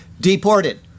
deported